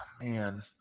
man